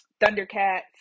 Thundercats